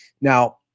Now